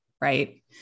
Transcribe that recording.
right